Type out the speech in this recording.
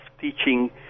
teaching